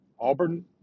Auburn